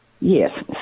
Yes